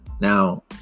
Now